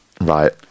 Right